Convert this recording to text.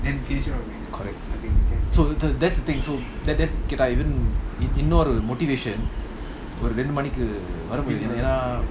correct so so that's the thing so that that okay lah even இன்னொரு:innoru motivation ஒருரெண்டுமணிக்குமறுபடியும்எனா:oru rendu maniku marubadium yena